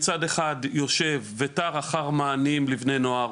מצד אחד יושב ותר אחר המענים לבני נוער